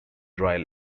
dry